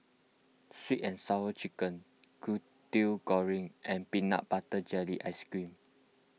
Sweet and Sour Chicken Kway Teow Goreng and Peanut Butter Jelly Ice Cream